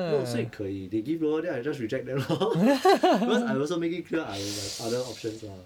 no 所以可以 they give lower then I just reject them lor because I also make it clear I have my other options lah